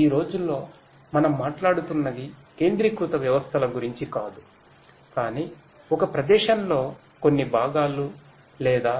ఈ రోజుల్లో మనం మాట్లాడుతున్నది కేంద్రీకృత వ్యవస్థల గురించి కాదు కానీ ఒక ప్రదేశంలో కొన్ని భాగాలు లేదా